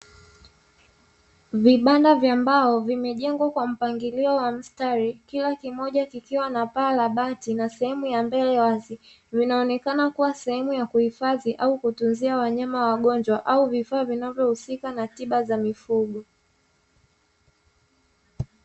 Vibanda vya mbao vimejengwa kwa mpangilio wa mstari, kila kimoja kikiwa na paa la bati na sehemu ya mbele ya wazi. Vinaonekana kuwa sehemu ya kuhifadhi au kutunzia wanyama wagonjwa au vifaa vinavyohusika na tiba za mifugo.